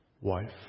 wife